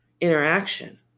interaction